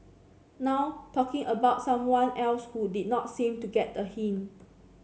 now talking about someone else who did not seem to get a hint